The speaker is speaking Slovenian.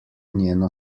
njeno